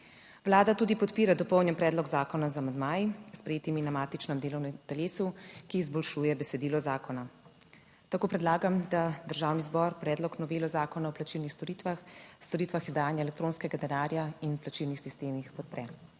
Vlada tudi podpira dopolnjen predlog zakona z amandmaji, sprejetimi na matičnem delovnem telesu, ki izboljšuje besedilo zakona. Tako predlagam, da Državni zbor predlog novele Zakona o plačilnih storitvah, storitvah izdajanja elektronskega denarja in plačilnih sistemih podpre.